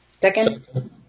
Second